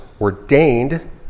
ordained